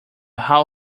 how